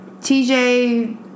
TJ